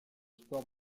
sport